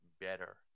better